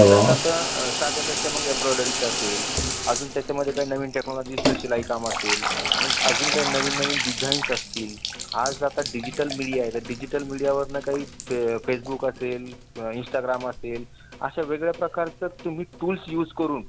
उदाहरणार्थ साध्यापेक्षा मग एम्रॉयडरीचं असेल अजून त्याच्यामध्ये काय नवीन टेक्नोलॉजीचं शिलाई काम असेल मग अजून काही नवीन नवीन डिझाईन्स असतील आज आता डिजिटल मिडिया आहे तर डिजिटल मिडियावरून काही फे फेसबुक असेल इंस्टाग्राम असेल अशा वेगळ्या प्रकारचं तुम्ही टूल्स यूस करून